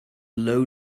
low